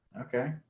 Okay